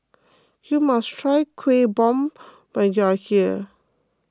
you must try Kuih Bom when you are here